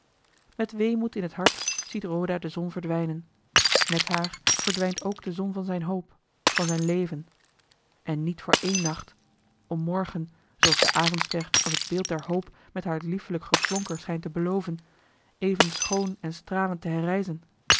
met weemoed in het hart ziet roda de zon verdwijnen met haar verdwijnt ook de zon van zijne hoop van zijn leven en niet voor één nacht om morgen zooals de avondster als het beeld der hoop met haar liefelijk geflonker schijnt te beloven even schoon en stralend te